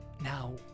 Now